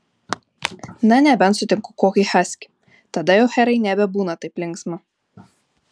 na nebent sutinku kokį haskį tada jau herai nebebūna taip linksma